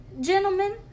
Gentlemen